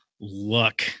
luck